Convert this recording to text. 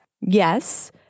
Yes